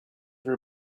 were